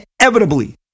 inevitably